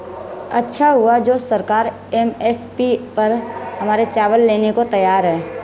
अच्छा हुआ जो सरकार एम.एस.पी पर हमारे चावल लेने को तैयार है